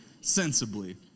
sensibly